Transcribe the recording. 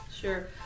Sure